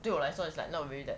对我来说 is like not really that